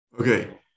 okay